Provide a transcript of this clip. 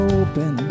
open